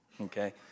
okay